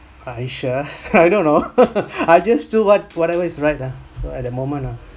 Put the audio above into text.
are you sure I don't know I just do what whatever is right lah so at the moment ah